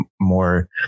more